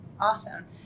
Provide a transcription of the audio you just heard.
awesome